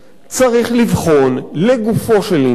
צריך לבחון לגופו של עניין,